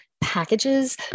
packages